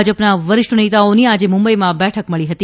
ભાજપના વરિષ્ઠનેતાઓની આજે મુંબઇમાં બેઠક મળી હતી